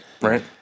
Right